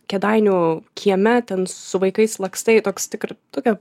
kėdainių kieme ten su vaikais lakstai toks tikr tokia